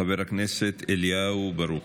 חבר הכנסת אליהו ברוכי.